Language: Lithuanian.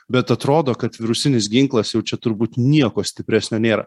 bet atrodo kad virusinis ginklas jau čia turbūt nieko stipresnio nėra